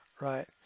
right